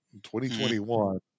2021